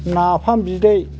नाफाम बिदै